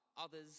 others